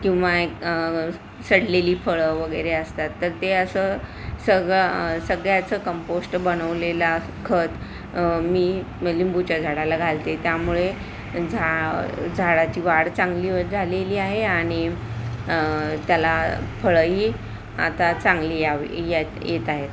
किंवा एक सडलेली फळं वगैरे असतात तर ते असं सगळं सगळ्याचं कंपोष्ट बनवलेला खत मी लिंबूच्या झाडाला घालते त्यामुळे झा झाडाची वाढ चांगली झालेली आहे आणि त्याला फळंही आता चांगली यावी ये येत आहेत